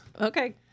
Okay